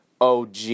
og